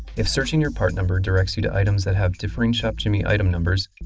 if searching your part number directs you to items that have differing shopjimmy item numbers,